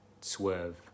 swerve